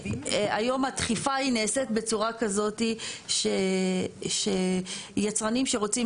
היום הדחיפה היא נעשית בצורה כזאת שיצרנים שרוצים